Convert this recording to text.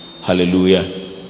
Hallelujah